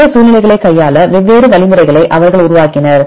இந்த சூழ்நிலைகளை கையாள வெவ்வேறு வழிமுறைகளை அவர்கள் உருவாக்கினர்